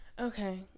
Okay